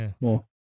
more